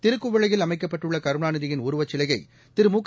திருக்குவளையில் அமைக்கப்பட்டுள்ள கருணாநிதியின் உருவச்சிலையை திரு முக